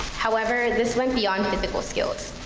however, this went beyond physical skills.